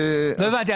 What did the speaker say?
לא הבנתי.